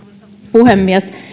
puhemies